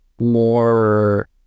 more